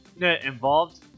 involved